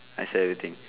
I sell everything